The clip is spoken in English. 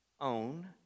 own